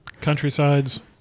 Countrysides